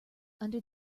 under